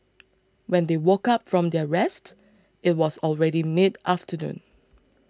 when they woke up from their rest it was already mid afternoon